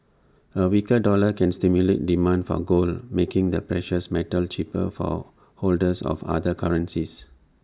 A weaker dollar can stimulate demand for gold making the precious metal cheaper for holders of other currencies